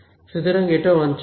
সুতরাং এটা অঞ্চল 1